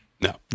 No